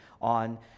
on